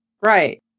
Right